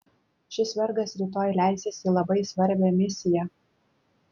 šis vergas rytoj leisis į labai svarbią misiją